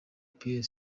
pierre